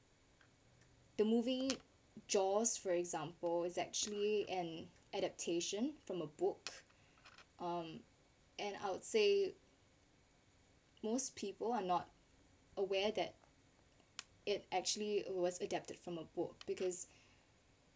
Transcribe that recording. the movie jaws for example is actually an adaptation from a book on um and I would say most people are not aware that it actually was adapted from a book because